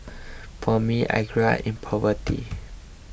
for me I in poverty